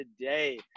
today